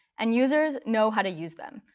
and users know how to use them.